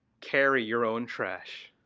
carry your own trash.